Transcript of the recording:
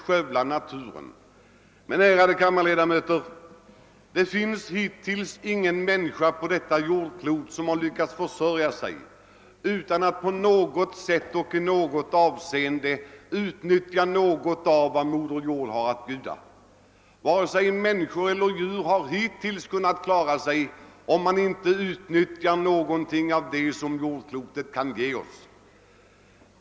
Men det har hittills inte funnits, ärade kammarledamöter, någon människa på detta jordklot som lyckats försörja sig utan att på något sätt och i något avseende utnyttja något av vad moder jord har att bjuda. Varken människor eller djur har hittills kunnat klara sig utan utnyttjande av någonting av det jordklotet kan ge.